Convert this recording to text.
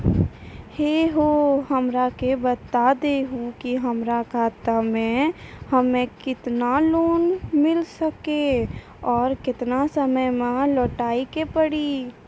है हो हमरा के बता दहु की हमार खाता हम्मे केतना लोन मिल सकने और केतना समय मैं लौटाए के पड़ी?